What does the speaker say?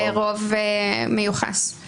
אמרו שזה צריך להתברר באמצעות